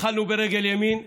התחלנו ברגל ימין,